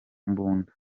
mbunda